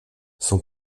son